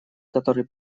который